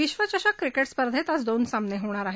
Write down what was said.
विश्वचषक क्रिकेट स्पर्धेत आज दोन सामने होणार आहेत